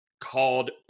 called